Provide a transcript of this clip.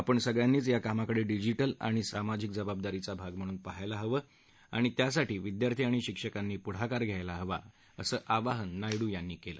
आपण सगळ्यांनीच या कामाकडे डिजिटल सामाजिक जबाबदारीचा भाग म्हणून पाहायला हवे आणि त्यासाठी विद्यार्थी आणि शिक्षकांनी पुढाकार घ्यायला हवा असं आवाहनही नायडू यांनी केलं